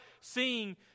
seeing